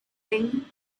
thing